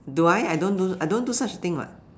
do I I don't do I don't do such thing what